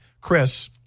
Chris